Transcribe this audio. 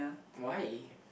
why